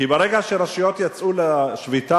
כי ברגע שרשויות יצאו לשביתה,